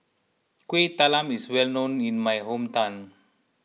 Kuih Talam is well known in my hometown